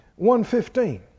1.15